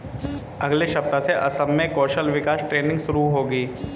अगले सप्ताह से असम में कौशल विकास ट्रेनिंग शुरू होगी